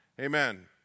Amen